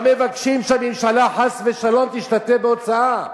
לא מבקשים שהממשלה, חס ושלום, תשתתף בהוצאה,